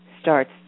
starts